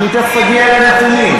אני תכף אגיע לנתונים.